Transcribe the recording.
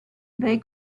they